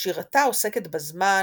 שירתה עוסקת בזמן,